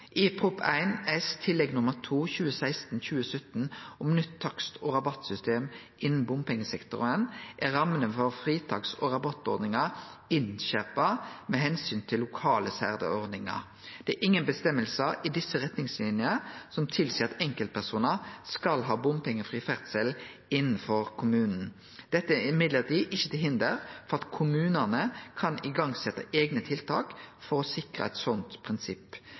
I Prop. 1 S Tillegg 2 for 2016–2017, om nytt takst- og rabattsystem innan bompengesektoren, er rammene for fritaks- og rabattordningar innskjerpa med tanke på lokale særordningar. Det er ingen reglar i desse retningslinjene som tilseier at enkeltpersonar skal ha bompengefri ferdsel innanfor kommunen. Dette er likevel ikkje til hinder for at kommunane kan setje i gang eigne tiltak for å sikre eit slikt prinsipp.